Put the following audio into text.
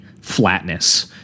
flatness